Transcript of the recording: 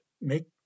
make